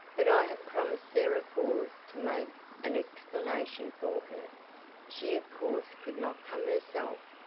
but i have promised sarah ford to make an explanation for her she of course could not come herself.